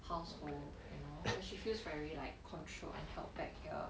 household you know cause she feels like very controlled and held back here